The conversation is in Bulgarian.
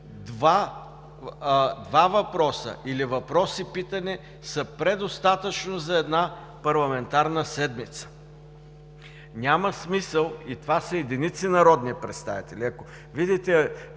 Два въпроса или въпрос и питане са предостатъчно за една парламентарна седмица. Няма смисъл, и това са единици народни представители,